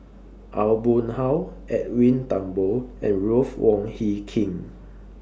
Aw Boon Haw Edwin Thumboo and Ruth Wong Hie King